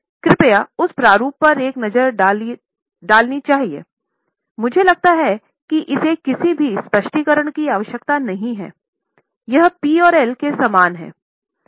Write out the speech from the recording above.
कृपया उस प्रारूप पर एक नज़र डालनी चाहिए मुझे लगता है कि इसे किसी भी स्पष्टीकरण की आवश्यकता नहीं है ये P और L के समान है